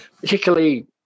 particularly